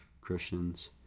Christians